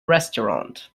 restaurant